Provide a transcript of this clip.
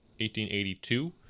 1882